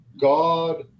God